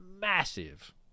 massive